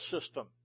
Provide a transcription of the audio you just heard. system